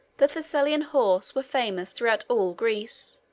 the thessalian horse were famous throughout all greece.